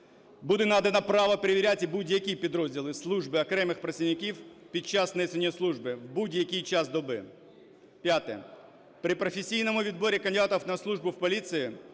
Буде надано право перевіряти будь-які підрозділи служби окремих працівників під час несення служби в будь-який час доби. П'яте. При професійному відборі кандидатів на службу в поліції